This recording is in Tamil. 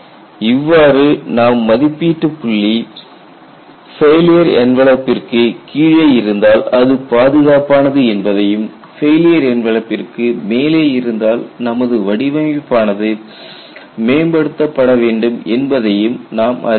இவ்வாறாக நமது மதிப்பீட்டு புள்ளி ஃபெயிலியர் என்வலப்பிற்குக் கீழே இருந்தால் அது பாதுகாப்பானது என்பதையும் ஃபெயிலியர் என்வலப்பிற்கு மேலே இருந்தால் நமது வடிவமைப்பானது மேம்படுத்தப்பட வேண்டும் என்பதையும் நாம் அறியலாம்